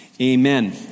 amen